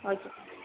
okay